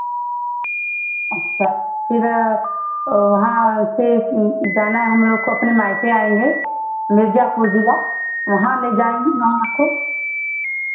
अच्छा फिर वहाँ से जाना है हम लोग को अपने मायके आएँगे मिर्ज़ापुर जिला वहाँ ले जाएँगे जहाँ आपको